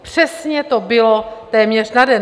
Přesně to bylo téměř na den.